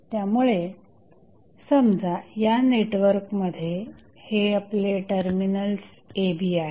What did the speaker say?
त्यामुळे समजा या नेटवर्कमध्ये हे आपले टर्मिनल्स a b आहेत